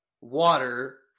water